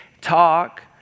talk